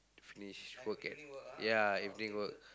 finish work at ya evening work